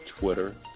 Twitter